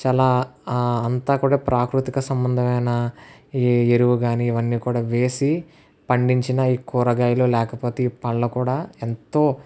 చాలా అంతా కూడా ప్రాకృతిక సంబంధమైన ఎరువు కాని ఇవన్నీ కూడా వేసి పండించిన ఈ కూరగాయలు లేకపోతే ఈ పండ్ల కూడా ఎంతో